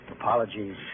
Apologies